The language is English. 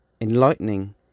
enlightening